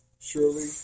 Surely